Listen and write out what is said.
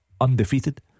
undefeated